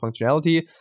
functionality